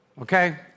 Okay